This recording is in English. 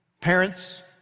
Parents